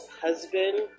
husband